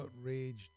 outraged